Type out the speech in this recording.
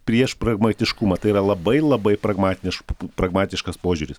prieš pragmatiškumą tai yra labai labai pragmatiš pragmatiškas požiūris